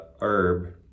herb